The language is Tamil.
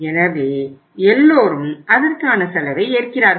எனவே எல்லோரும் அதற்கான செலவை ஏற்கிறார்கள்